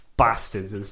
bastards